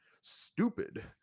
stupid